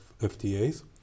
FTAs